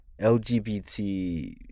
LGBT